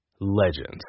Legends